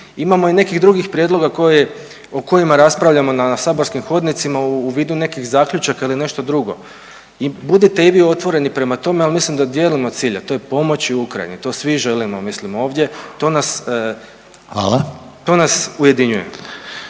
Imamo i nekih drugih prijedloga koje o kojima raspravljamo na saborskim hodnicima u vidu nekih zaključaka ili nešto drugo i budite i vi otvoreni prema tome, ali mislim da dijelimo cilj, a to je pomoći Ukrajini to svi želimo mislim ovdje, to nas …/Upadica